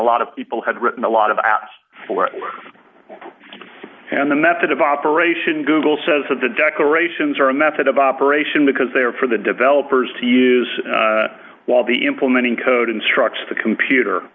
lot of people had written a lot of apps for it and the method of operation google says that the declarations are a method of operation because they are for the developers to use while the implementing code instructs the computer